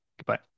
Goodbye